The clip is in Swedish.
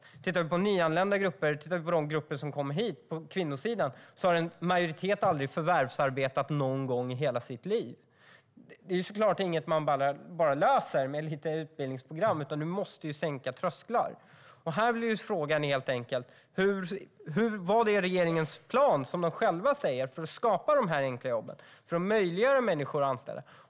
Om vi tittar på kvinnosidan bland de nyanlända grupper som kommer hit har en majoritet av kvinnorna aldrig förvärvsarbetat någon gång i hela sitt liv. Det är såklart inget man bara löser med lite utbildningsprogram, utan man måste sänka trösklar. Frågan blir helt enkelt: Vad är regeringens plan, som de själva säger, för att skapa de enkla jobben och för att möjliggöra att människor blir anställda?